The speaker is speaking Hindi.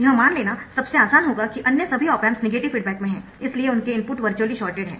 यह मान लेना सबसे आसान होगा कि अन्य सभी ऑप एम्प्स नेगेटिव फीडबैक में है इसलिए उनके इनपुट वर्चुअली शॉर्टेड है